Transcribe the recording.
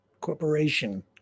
corporation